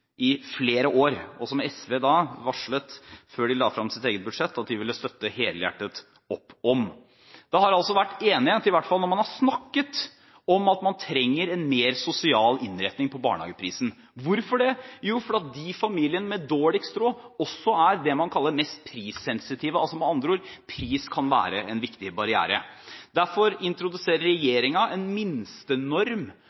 i flere år, og som SV da varslet, før de la frem sitt eget budsjett, at de ville støtte helhjertet opp om. Det har vært enighet om dette i hvert fall når man har snakket om at man trenger en mer sosial innretning på barnehageprisen. Hvorfor det? Jo, fordi familiene med dårligst råd også er det man kaller mest prissensitive, med andre ord kan pris være en viktig barriere. Derfor introduserer